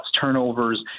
turnovers